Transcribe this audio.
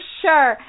sure